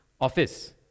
office